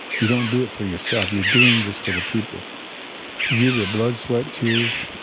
you don't do it for yourself you're doing this for the people. you give your blood, sweat, tears,